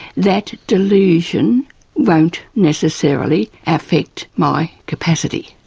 that delusion won't necessarily affect my capacity.